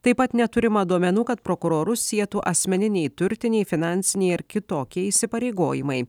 taip pat neturima duomenų kad prokurorus sietų asmeniniai turtiniai finansiniai ar kitokie įsipareigojimai